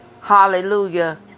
Hallelujah